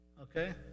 Okay